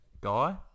guy